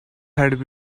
had